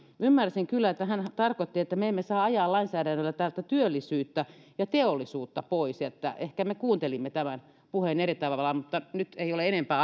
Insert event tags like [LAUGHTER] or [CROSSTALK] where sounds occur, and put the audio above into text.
ymmärsin kyllä että hän tarkoitti että me emme saa ajaa lainsäädännöllä täältä työllisyyttä ja teollisuutta pois eli ehkä me kuuntelimme tämän puheen eri tavalla mutta nyt ei ole enempää [UNINTELLIGIBLE]